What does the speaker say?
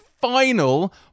final